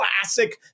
classic